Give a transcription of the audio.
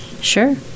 Sure